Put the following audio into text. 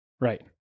Right